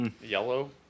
Yellow